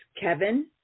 Kevin